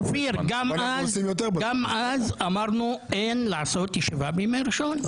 אופיר, גם אז אמרנו: אין לעשות ישיבה בימי ראשון.